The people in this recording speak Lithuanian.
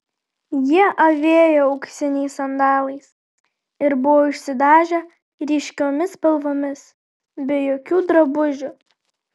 jie avėjo auksiniais sandalais ir buvo išsidažę ryškiomis spalvomis be jokių drabužių